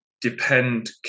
depend